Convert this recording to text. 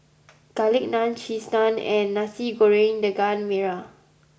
Garlic Naan Cheese Naan and Nasi Goreng Daging Merah